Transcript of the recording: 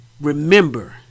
remember